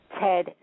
Ted